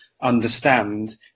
understand